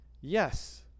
Yes